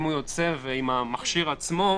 אם הוא יוצא עם המכשיר עצמו,